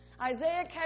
Isaiah